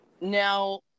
Now